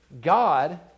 God